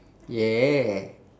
yeah